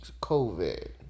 COVID